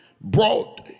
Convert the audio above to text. brought